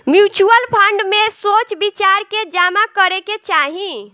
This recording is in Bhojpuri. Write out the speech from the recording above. म्यूच्यूअल फंड में सोच विचार के जामा करे के चाही